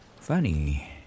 Funny